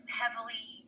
heavily